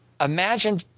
Imagine